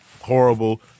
Horrible